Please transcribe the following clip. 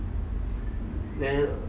then